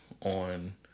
on